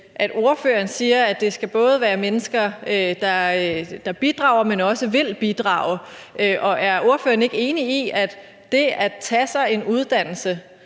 at ordføreren siger, at det skal være mennesker, der både bidrager og også vil bidrage. Er ordføreren ikke enig i, at det at tage en uddannelse